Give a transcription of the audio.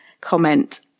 comment